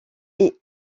est